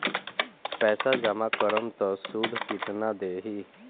पैसा जमा करम त शुध कितना देही?